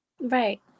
Right